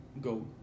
go